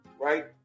right